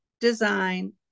design